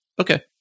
Okay